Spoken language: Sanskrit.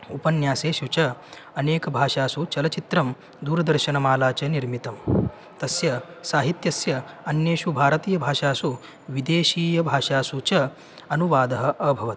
उपन्यासेषु च अनेकभाषासु चलच्चित्रं दूरदर्शनमाला च निर्मितं तस्य साहित्यस्य अन्येषु भारतीयभाषासु विदेशीयभाषासु च अनुवादः अभवत्